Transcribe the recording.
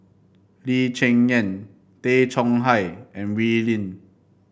Lee Cheng Yan Tay Chong Hai and Wee Lin